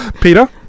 Peter